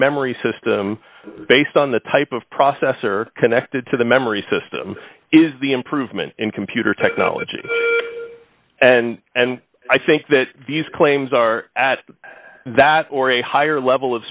memory system based on the type of processor connected to the memory system is the improvement in computer technology and and i think that these claims are at that or a higher level of